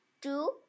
two